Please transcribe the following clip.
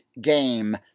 game